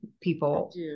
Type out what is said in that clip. people